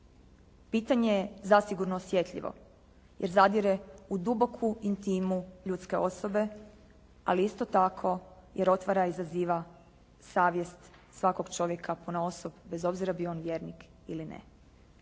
Pitanje je zasigurno osjetljivo jer zadire u duboku intimu ljudske osobe, ali isto tako jer otvara i izaziva savjest svakog čovjeka ponaosob bez obzira bio on vjernik ili ne.